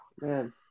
man –